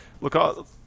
Look